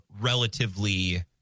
relatively